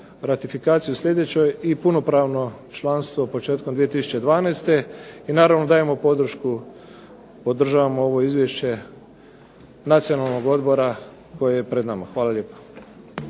ratifikaciju u sljedećoj i punopravno članstvo početkom 2012. I naravno dajemo podršku, podržavamo ovo Izvješće Nacionalnog odbora koje je pred nama. Hvala lijepa.